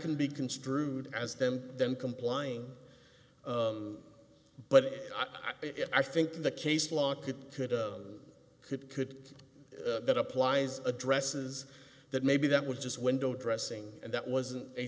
can be construed as them then complying but i think the case law could could of could could that applies addresses that maybe that was just window dressing and that wasn't a